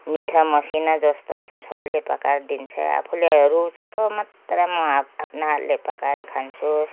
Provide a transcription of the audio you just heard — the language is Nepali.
मिठो मसिनो जस्तो पनि छ छोरीले पकाएर दिन्छ आफूले रुचेको मात्र म आफ्नो हातले पकाएर खान्छु